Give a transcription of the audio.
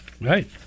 Right